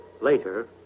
Later